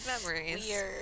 memories